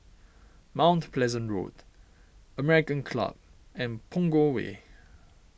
Mount Pleasant Road American Club and Punggol Way